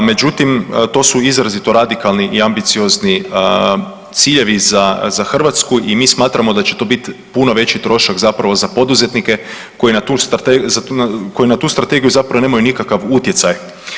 Međutim, to su izrazito radikalni i ambiciozni ciljevi za Hrvatsku i mi smatramo da će to biti puno veći trošak zapravo za poduzetnike koji na tu strategiju zapravo nemaju nikakav utjecaj.